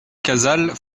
casals